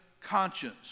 conscience